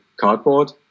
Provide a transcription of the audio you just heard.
cardboard